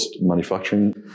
manufacturing